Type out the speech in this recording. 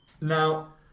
now